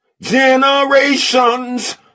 generations